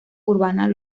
urbanas